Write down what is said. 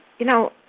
you know,